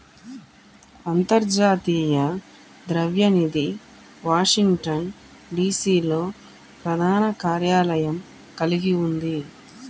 అంతర్జాతీయ ద్రవ్య నిధి వాషింగ్టన్, డి.సి.లో ప్రధాన కార్యాలయం కలిగి ఉంది